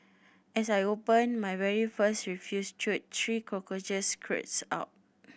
as I opened my very first refuse chute three cockroaches scurried out